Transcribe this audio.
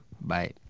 bye